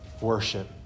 worship